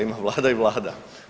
Ima Vlada i Vlada.